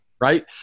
Right